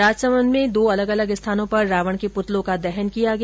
राजसमंद में दो अलग अलग स्थानों पर रावण के पुतलों का दहन किया गया